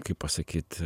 kaip pasakyti